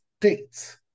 dates